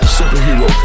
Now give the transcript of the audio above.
Superhero